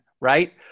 right